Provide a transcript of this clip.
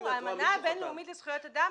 אז הנה את רואה, מישהו חתם.